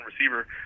receiver